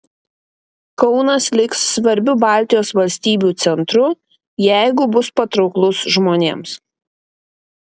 kaunas liks svarbiu baltijos valstybių centru jeigu bus patrauklus žmonėms